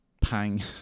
pang